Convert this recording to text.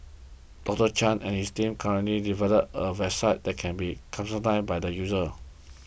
Doctor Chan and his team are currently developing a website that can be customised by the user